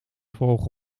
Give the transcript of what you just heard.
volgen